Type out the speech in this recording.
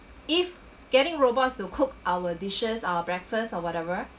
if getting robots to cook our dishes our breakfast or whatever